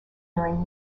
during